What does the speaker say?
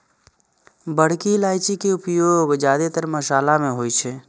बड़की इलायची के उपयोग जादेतर मशाला मे होइ छै